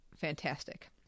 fantastic